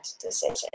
decision